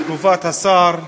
את תגובת השר.